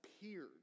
appeared